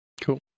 Cool